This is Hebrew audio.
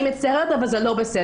אני מצטערת, אבל זה לא בסדר.